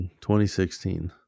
2016